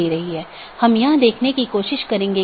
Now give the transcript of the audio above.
आज हम BGP पर चर्चा करेंगे